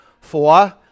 Four